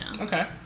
Okay